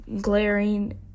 glaring